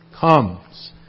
comes